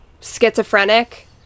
schizophrenic